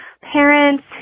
parents